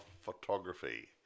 photography